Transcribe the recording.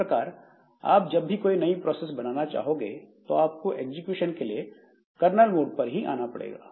इस प्रकार आप जब भी कोई नई प्रोसेस बनाना चाहोगे तो आपको एग्जीक्यूशन के कर्नल मोड पर जाना पड़ेगा